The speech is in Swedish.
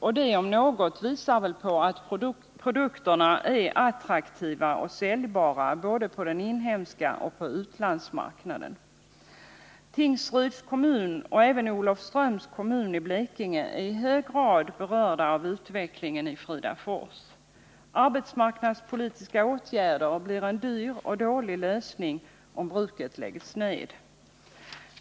och det om något visar väl att produkterna är attraktiva och säljbara både på den inhemska marknaden och på utlandsmarknaden. Tingsryds kommun och även Olofströms kommun i Blekinge är i hög grad berörda av utvecklingen i Fridafors. Arbetsmarknadspolitiska åtgärder blir en dyr och dålig lösning om bruket läggs ned.